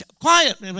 quiet